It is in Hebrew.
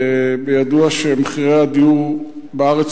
ידוע שמחירי הדיור בארץ,